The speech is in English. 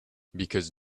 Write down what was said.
because